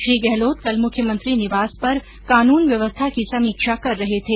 श्री गहलोत कल मुख्यमंत्री निवास पर कानन व्यवस्था की समीक्षा कर रहे थे